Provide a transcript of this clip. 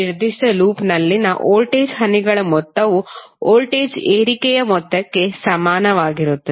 ನಿರ್ದಿಷ್ಟ ಲೂಪ್ನಲ್ಲಿನ ವೋಲ್ಟೇಜ್ ಹನಿಗಳ ಮೊತ್ತವು ವೋಲ್ಟೇಜ್ ಏರಿಕೆಯ ಮೊತ್ತಕ್ಕೆ ಸಮಾನವಾಗಿರುತ್ತದೆ